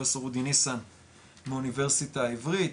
פרופסור אודי ניסן מהאוניברסיטה העברית,